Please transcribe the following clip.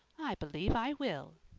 i believe i will,